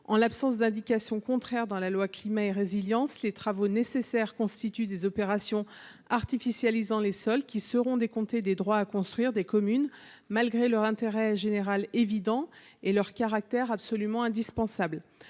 En l'absence d'indication contraire dans la loi climat et résilience les travaux nécessaires constituent des opérations artificialiser les sols qui seront décomptées des droits à construire des communes malgré leur intérêt général évident et leur caractère absolument indispensable